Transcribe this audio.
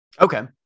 Okay